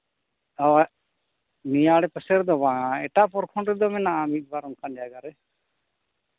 ᱦᱳᱭ ᱱᱤᱭᱟᱹ ᱟᱲᱮᱯᱟᱥᱮ ᱨᱮᱫᱚ ᱵᱟᱝ ᱮᱴᱟᱜ ᱯᱨᱚᱠᱷᱚᱸᱰ ᱨᱮᱫᱚ ᱢᱮᱱᱟᱜᱼᱟ ᱢᱤᱫ ᱵᱟᱨ ᱚᱱᱠᱟᱱ ᱡᱟᱭᱜᱟ ᱨᱮ